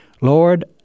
Lord